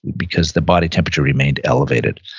because the body temperature remained elevated.